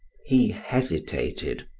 he hesitated,